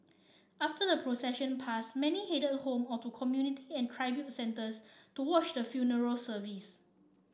after the procession pass many headed home or to community and centres to watch the funeral service